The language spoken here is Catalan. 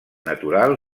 natural